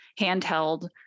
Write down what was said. handheld